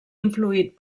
influït